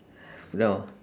put down ah